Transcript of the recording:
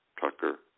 Tucker